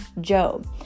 Job